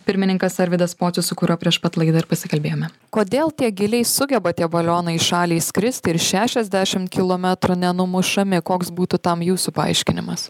pirmininkas arvydas pocius su kuriuo prieš pat laidą ir pasikalbėjome kodėl tiek giliai sugeba tie balionai į šalį įskristi ir šešiasdešim kilometrų nenumušami koks būtų tam jūsų paaiškinimas